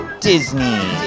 Disney